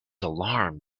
alarmed